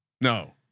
No